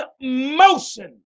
motion